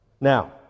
Now